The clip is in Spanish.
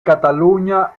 cataluña